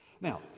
Now